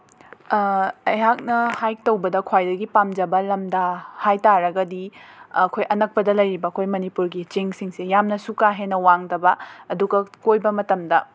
ꯑꯩꯍꯥꯛꯅ ꯍꯥꯏꯛ ꯇꯧꯕꯗ ꯈ꯭ꯋꯥꯏꯗꯒꯤ ꯄꯥꯝꯖꯕ ꯂꯝꯗ ꯍꯥꯏꯕ ꯇꯥꯔꯒꯗꯤ ꯑꯩꯈꯣꯏ ꯑꯅꯛꯄꯗ ꯂꯩꯔꯤꯕ ꯑꯩꯈꯣꯏ ꯃꯅꯤꯄꯨꯔꯒꯤ ꯆꯤꯡꯁꯤꯡꯁꯦ ꯌꯥꯝꯅꯁꯨ ꯀꯥ ꯍꯦꯟꯅ ꯋꯥꯡꯗꯕ ꯑꯗꯨꯒ ꯀꯣꯏꯕ ꯃꯇꯝꯗ